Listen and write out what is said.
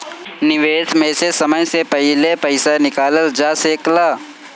निवेश में से समय से पहले पईसा निकालल जा सेकला?